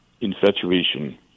infatuation